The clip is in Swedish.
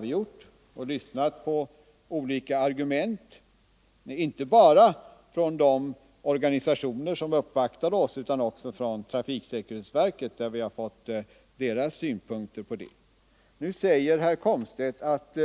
Vi har lyssnat på olika argument, inte bara från de organisationer som uppvaktade oss utan även från trafiksäkerhetsverket, vars synpunkter vi alltså fått del av. Nu säger herr Komstedt att